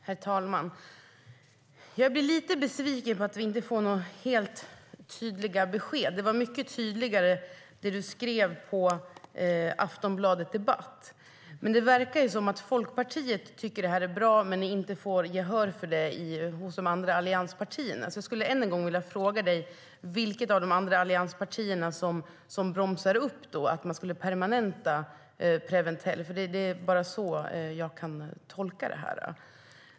Herr talman! Jag blir lite besviken på att vi inte får några helt tydliga besked. Det du skrev på Aftonbladet Debatt var mycket tydligare, statsrådet. Det verkar dock som att Folkpartiet tycker att det här är bra men att ni inte får gehör för det hos de andra allianspartierna. Jag skulle alltså än en gång vilja fråga dig vilket av de andra allianspartierna det är som bromsar när det gäller att permanenta Preventell. Det är nämligen bara så jag kan tolka det här.